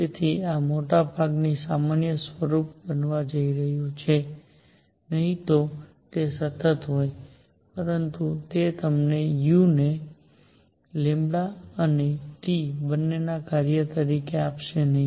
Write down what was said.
તેથી આ મોટા ભાગના સામાન્ય સ્વરૂપમાં બનવા જઈ રહ્યું છે નહીં તો તે સતત હોત પરંતુ તે તમને u ને અને T બંનેના કાર્ય તરીકે આપશે નહીં